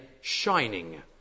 shining